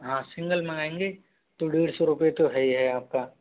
हाँ सिंगल मंगाएंगे तो डेढ़ सौ रुपए तो है ही है आपका